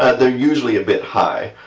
they're usually a bit high.